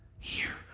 here.